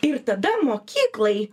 ir tada mokyklai